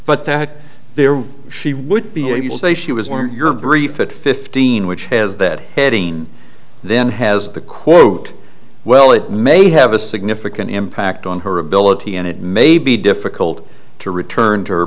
but that there were she would be able to say she was born your brief it fifteen which has that heading then has the quote well it may have a significant impact on her ability and it may be difficult to return